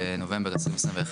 בנובמבר 2021,